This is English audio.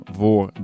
voor